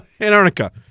Antarctica